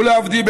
להבדיל,